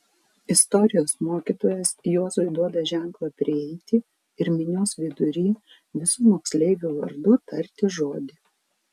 istorijos mokytojas juozui duoda ženklą prieiti ir minios vidury visų moksleivių vardu tarti žodį